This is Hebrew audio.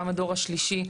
גם הדור השלישי,